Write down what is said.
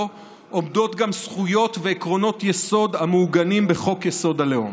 עומדות גם זכויות ועקרונות יסוד המעוגנים בחוק-יסוד: הלאום.